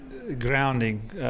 Grounding